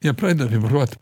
jie pradeda vibruot